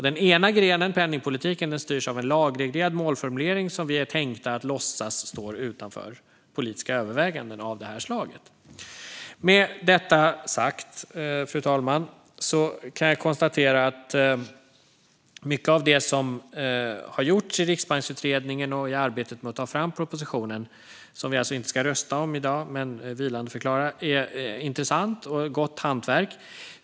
Den ena grenen - penningpolitiken - styrs av en lagreglerad målformulering, och vi är tänkta att låtsas att denna står utanför politiska överväganden av det här slaget. Med detta sagt, fru talman, kan jag konstatera att mycket av det som har gjorts i riksbanksutredningen och i arbetet med att ta fram propositionen, som vi alltså inte ska rösta om i dag utan vilandeförklara, är intressant och ett gott hantverk.